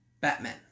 Batman